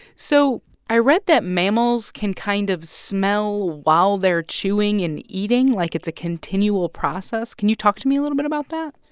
so i read that mammals can kind of smell while they're chewing and eating. like, it's a continual process. can you talk to me a little bit about that?